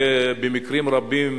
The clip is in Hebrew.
ובמקרים רבים,